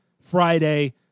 Friday